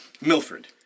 Milford